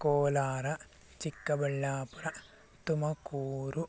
Kolar Chikkaballapur Tumakuru